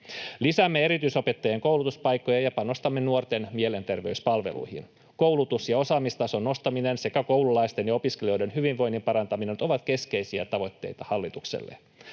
Lisäämme erityisopettajien koulutuspaikkoja ja panostamme nuorten mielenterveyspalveluihin. Koulutus‑ ja osaamistason nostaminen sekä koululaisten ja opiskelijoiden hyvinvoinnin parantaminen ovat keskeisiä tavoitteita hallitukselle.